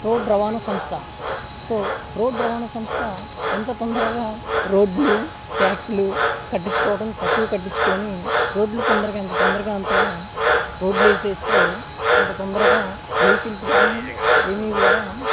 road రవాణా సంస్థ so road రవాణా సంస్థ ఎంత తొందరగా రోడ్లు ట్యాక్స్లు కట్టించుకోవడంని తక్కువ కట్టించుకొని రోడ్లు తొందరగా ఎంత తొందరగా అంతగా రోడ్లు వేసేస్తే అంత తొందరగా వెహికల్స్ కానీ ఏమీ కూడా